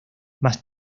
más